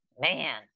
man